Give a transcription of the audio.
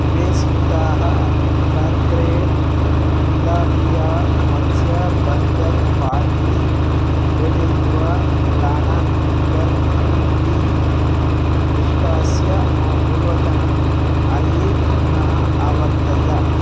द्वे स्यूताः काग्रे टिलापिया मत्स्यबर्गर् पाटी योजयित्वा लाना ग्रिप्पर् ग्रीन् टी निष्कास्य मम पूर्वतनम् ऐर् पुनः आवर्तय